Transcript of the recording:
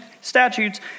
statutes